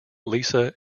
lisa